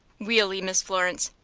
weally, miss florence,